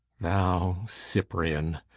thou cyprian,